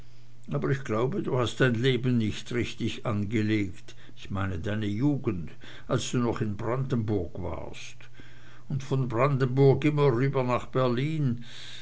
aber ich glaube du hast dein leben nicht richtig angelegt ich meine deine jugend als du noch in brandenburg warst und von brandenburg immer rüber nach berlin